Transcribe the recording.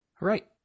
Right